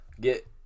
get